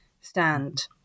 stand